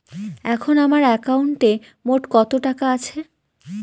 এখন আমার একাউন্টে মোট কত টাকা আছে?